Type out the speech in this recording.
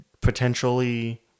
potentially